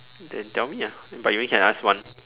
then tell me ah but you only can ask one